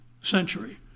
century